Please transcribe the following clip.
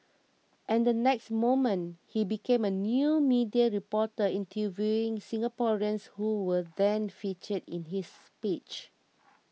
and the next moment he became a new media reporter interviewing Singaporeans who were then featured in his speech